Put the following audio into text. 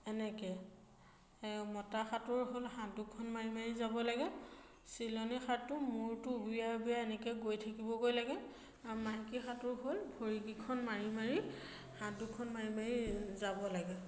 এনেকৈ মতা সাঁতোৰ হ'ল হাত দুখন মাৰি মাৰি যাব লাগে চিলনী সাঁতোৰ মূৰটো উবুৰিয়াই উবুৰিয়াই এনেকৈ গৈ থাকিবগৈ লাগে আৰু মাইকী সাঁতোৰ হ'ল ভৰিকেইখন মাৰি মাৰি হাত দুখন মাৰি মাৰি যাব লাগে